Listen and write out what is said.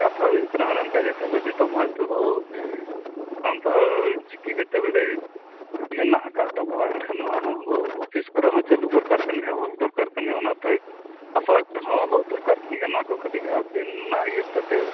ᱠᱟᱛᱷᱟ ᱦᱩᱭᱩᱜ ᱠᱟᱱᱟ ᱚᱱᱮ ᱚᱱᱠᱟ ᱡᱮᱛᱮ ᱠᱷᱚᱡ ᱱᱤᱛᱚᱜ ᱢᱟ ᱟᱵᱚ ᱵᱟᱠᱷᱟᱱ ᱫᱚ ᱪᱤᱠᱤ ᱡᱚᱛᱚ ᱵᱟᱲᱮ ᱢᱮᱱᱟᱜ ᱟᱠᱟᱫ ᱛᱟᱵᱚᱣᱟ ᱢᱮᱱᱠᱷᱟᱱ ᱱᱚᱣᱟ ᱢᱟ ᱚᱯᱷᱤᱥ ᱠᱚᱨᱮ ᱦᱚᱸ ᱪᱟᱹᱞᱩ ᱫᱚᱨᱠᱟᱨ ᱠᱟᱱ ᱜᱮᱭᱟ ᱚᱞ ᱫᱚᱨᱠᱟᱨ ᱠᱟᱱ ᱜᱮᱭᱟ ᱚᱱᱟᱛᱮ ᱟᱥᱲᱟ ᱠᱚᱨᱮ ᱦᱚᱸ ᱚᱞᱚᱜ ᱫᱚᱨᱠᱟᱨ ᱠᱟᱱ ᱜᱮᱭᱟ ᱱᱚᱣᱟ ᱠᱚ ᱠᱟᱹᱴᱤᱡ ᱟᱹᱵᱤᱱ ᱚᱱᱟ ᱤᱭᱟᱹ ᱠᱟᱛᱮᱫ